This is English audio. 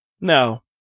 No